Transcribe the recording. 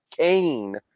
Kane